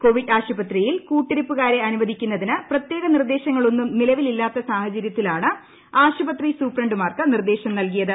Covid ആശുപത്രിയിൽ കൂട്ടിരിപ്പുകാരെ അനുവദിക്കുന്നതിന് പ്രത്യേക നിർദ്ദേശങ്ങളൊന്നും നിലവില്ലാത്ത സാഹചര്യത്തിലാണ് ആശുപത്രി സൂപ്രണ്ടുമാർക്ക് നിർദേശം നൽകിയത്